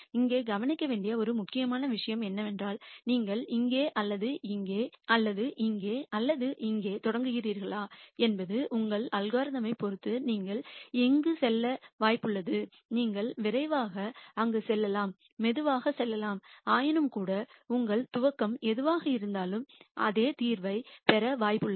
இங்கே கவனிக்க வேண்டிய ஒரு முக்கியமான விஷயம் என்னவென்றால் நீங்கள் இங்கே அல்லது இங்கே அல்லது இங்கே அல்லது இங்கே தொடங்குகிறீர்களா என்பது உங்கள் அல்காரிதமை பொறுத்து நீங்கள் இங்கு செல்ல வாய்ப்புள்ளது நீங்கள் விரைவாக அங்கு செல்லலாம் மெதுவாக செல்லலாம் ஆயினும்கூட உங்கள் துவக்கம் எதுவாக இருந்தாலும் அதே தீர்வைப் பெற வாய்ப்புள்ளது